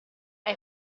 hai